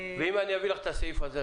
--- ואם אני אביא לך את הסעיף הזה,